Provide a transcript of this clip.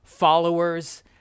followers